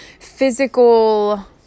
physical